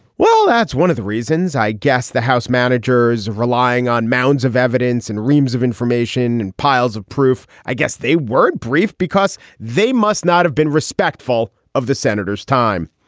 well, that's one of the reasons, i guess the house managers are relying on mounds of evidence and reams of information and piles of proof. i guess they weren't briefed because they must not have been respectful of the senator's time.